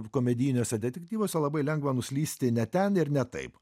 komedijiniuose detektyvuose labai lengva nuslysti ne ten ir ne taip